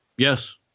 yes